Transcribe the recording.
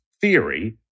theory